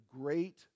great